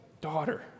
Daughter